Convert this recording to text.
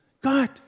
God